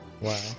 Wow